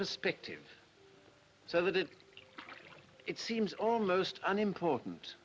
perspective so that it it seems almost unimportant